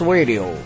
Radio